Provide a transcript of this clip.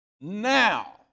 Now